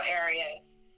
areas